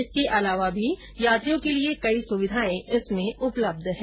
इसके अलावा भी यात्रियों के लिए कई सुविधाएं इसमें उपलब्ध है